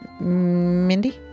Mindy